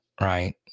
right